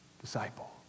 disciple